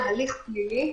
הליך פלילי,